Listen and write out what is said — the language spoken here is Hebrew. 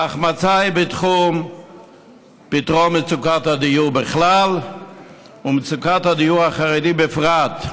וההחמצה היא בתחום פתרון מצוקת הדיור בכלל ומצוקת הדיור של החרדים בפרט.